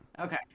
Okay